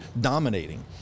dominating